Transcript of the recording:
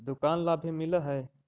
दुकान ला भी मिलहै?